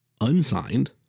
unsigned